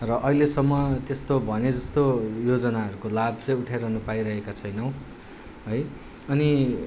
र अहिलेसम्म त्यस्तो भनेजस्तो योजनाहरूको लाभ चाहिँ उठाइरनु पाइरहेका छैनौँ है अनि